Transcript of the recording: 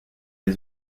des